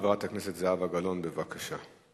חברת הכנסת זהבה גלאון, בבקשה.